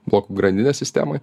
blokų grandinės sistemoj